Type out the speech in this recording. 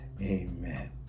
Amen